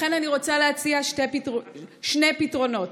לכן אני רוצה להציע שני פתרונות.